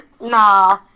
Nah